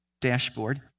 dashboard